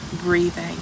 breathing